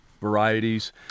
varieties